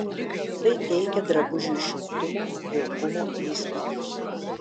tai teikia drabužiui šiltumo jaukumo įspūdį